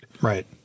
Right